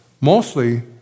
Mostly